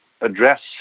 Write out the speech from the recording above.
address